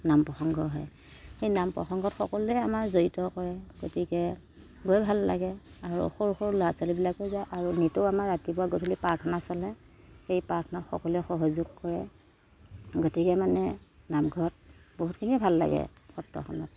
নাম প্ৰসঙ্গ হয় এই নাম প্ৰসঙ্গত সকলোৱে আমাৰ জড়িত কৰে গতিকে গৈ ভাল লাগে আৰু সৰু সৰু ল'ৰা ছোৱালীবিলাকো যায় আৰু নিতৌ আমাৰ ৰাতিপুৱা গধূলি প্ৰাৰ্থনা চলে সেই প্ৰাৰ্থনাত সকলোৱে সহযোগ কৰে গতিকে মানে নামঘৰত বহুতখিনিয়ে ভাল লাগে সত্ৰখনত